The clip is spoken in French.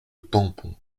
tampon